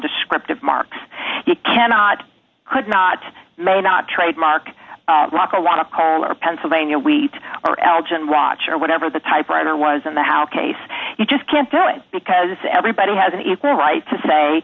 descriptive marks you cannot could not may not trademark rock a lot of color pennsylvania wheat or elgin watch or whatever the typewriter was in the how case you just can't do it because everybody has an equal right to say